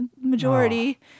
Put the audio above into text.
majority